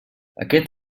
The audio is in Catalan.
aquest